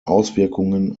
auswirkungen